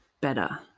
better